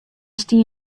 stie